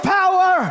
power